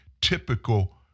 typical